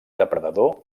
depredador